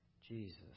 Jesus